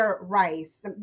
Rice